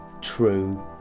true